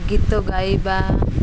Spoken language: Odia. ଗୀତ ଗାଇବା